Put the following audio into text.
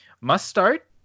Must-start